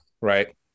Right